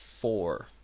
four